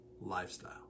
lifestyle